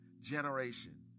generation